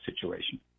situation